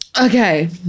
Okay